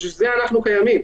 בשביל זה אנחנו קיימים.